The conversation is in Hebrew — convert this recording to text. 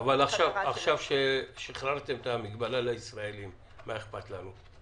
או מישהו יודע לומר לי כמה ישראלים באמת רוצים לחזור?